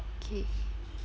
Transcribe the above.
okay